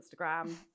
Instagram